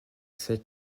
celle